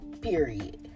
period